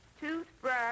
toothbrush